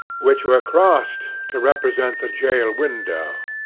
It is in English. which were crossed to represent the jail window,